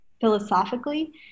philosophically